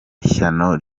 ishyano